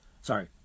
Sorry